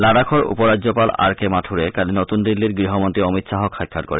লাডাখৰ উপ ৰাজ্যপাল আৰ কে মাথুৰে কালি নতুন দিল্লীত গৃহমন্ত্ৰী অমিত খাহক সাক্ষাৎ কৰে